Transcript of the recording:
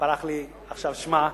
שפרח לי עכשיו שמה.